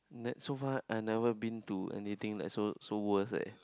ne~ so far I never been to anything like so so worse eh